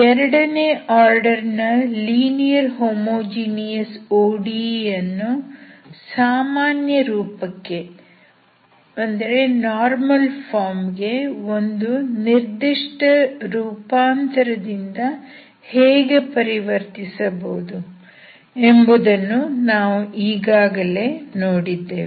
ಎರಡನೇ ಆರ್ಡರ್ ನ linear homogeneous ODE ಯನ್ನು ಸಾಮಾನ್ಯ ರೂಪ ಕ್ಕೆ ಒಂದು ನಿರ್ದಿಷ್ಟ ರೂಪಾಂತರ ದಿಂದ ಹೇಗೆ ಪರಿವರ್ತಿಸಬಹುದು ಎಂಬುದನ್ನು ನಾವು ಈಗಾಗಲೇ ನೋಡಿದ್ದೇವೆ